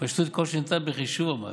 פשטות ככל שניתן בחישוב המס,